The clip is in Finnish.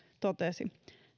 totesi